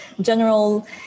general